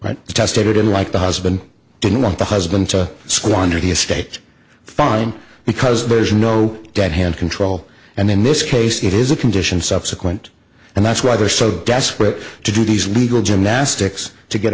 tested unlike the husband didn't want the husband to squander the estate fine because there's no dead hand control and in this case it is a condition subsequent and that's why they're so desperate to do these legal gymnastics to get